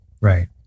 Right